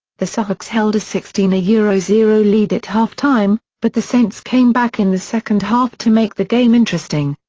the seahawks held a sixteen yeah zero zero lead at halftime, but the saints came back in the second half to make the game interesting.